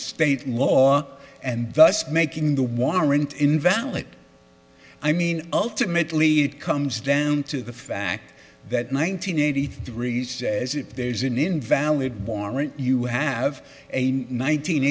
state law and thus making the warrant invalid i mean ultimately it comes down to the fact that nine hundred eighty three says if there's an invalid warrant you have a nine